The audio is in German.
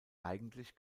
eigentlich